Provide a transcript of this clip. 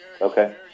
Okay